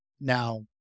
now